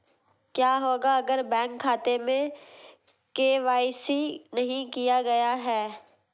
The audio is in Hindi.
क्या होगा अगर बैंक खाते में के.वाई.सी नहीं किया गया है?